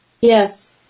Yes